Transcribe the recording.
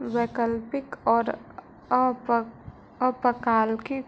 वैकल्पिक और अल्पकालिक